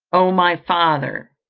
oh my father,